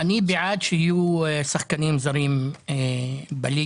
אני בעד שיהיו שחקנים זרים בליגה,